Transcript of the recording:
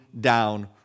down